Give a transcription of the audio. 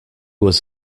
was